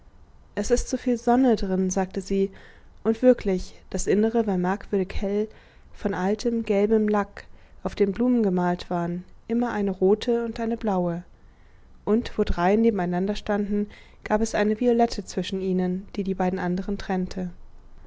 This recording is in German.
es ist so viel sonne drin sagte sie und wirklich das innere war merkwürdig hell von altem gelbem lack auf dem blumen gemalt waren immer eine rote und eine blaue und wo drei nebeneinanderstanden gab es eine violette zwischen ihnen die die beiden anderen trennte